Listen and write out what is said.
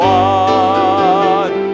one